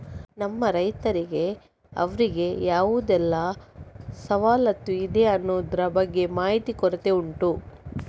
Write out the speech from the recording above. ನಮ್ಮ ರೈತರಿಗೆ ಅವ್ರಿಗೆ ಯಾವುದೆಲ್ಲ ಸವಲತ್ತು ಇದೆ ಅನ್ನುದ್ರ ಬಗ್ಗೆ ಮಾಹಿತಿ ಕೊರತೆ ಉಂಟು